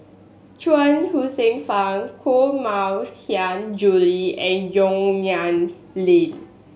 Chuang Hsueh Fang Koh Mui Hiang Julie and Yong Nyuk Lin